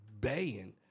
baying